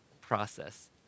process